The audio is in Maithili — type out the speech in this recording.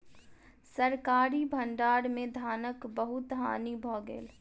सरकारी भण्डार में धानक बहुत हानि भ गेल